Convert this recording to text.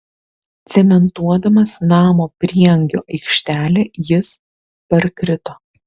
cementuodamas namo prieangio aikštelę jis parkrito